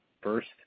First